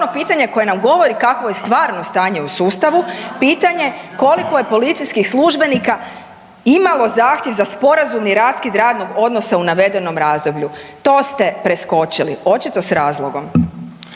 pitanje koje nam govori kakvo je stvarno stanje u sustavu, pitanje koliko je policijskih službenika imalo zahtjev za sporazumni raskid radnog odnosa u navedenom razdoblju? To ste preskočili, očito s razlogom.